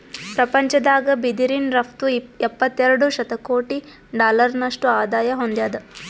ಪ್ರಪಂಚದಾಗ್ ಬಿದಿರಿನ್ ರಫ್ತು ಎಪ್ಪತ್ತೆರಡು ಶತಕೋಟಿ ಡಾಲರ್ನಷ್ಟು ಆದಾಯ್ ಹೊಂದ್ಯಾದ್